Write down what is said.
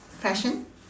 fashion